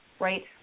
right